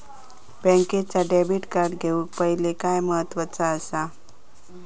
बँकेचा debit card घेउक पाहिले काय महत्वाचा असा?